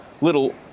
little